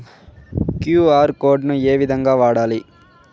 QR code ను ఏ విధంగా వాడాలి?